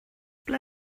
ble